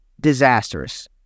disastrous